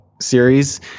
series